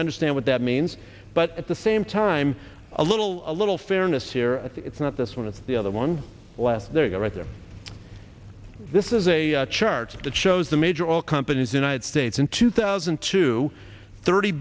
winner stan what that means but at the same time a little a little fairness here it's not this one of the other one left there right there this is a chart that shows the major oil companies united states in two thousand and two thirty